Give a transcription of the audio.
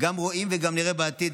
גם רואים וגם נראה בעתיד.